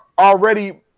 Already